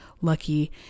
lucky